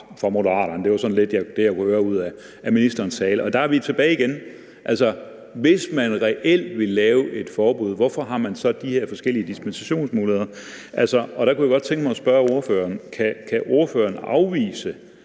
Det var sådan det, jeg kunne høre på ministerens tale. Og så er vi tilbage igen. Altså, hvis man reelt vil lave et forbud, hvorfor har man så de her forskellige dispensationsmuligheder? Og der kunne jeg godt tænke mig at spørge ordføreren: Kan ordføreren afvise,